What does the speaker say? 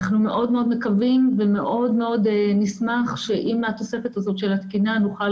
אנחנו מאוד מאוד מקווים ומאוד מאוד נשמח שעם התוספת הזו של התקינה נוכל